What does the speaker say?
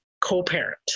co-parent